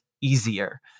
easier